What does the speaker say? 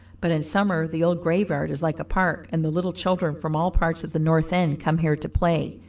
but in summer the old graveyard is like a park, and the little children from all parts of the north end come here to play,